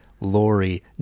Lori